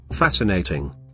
Fascinating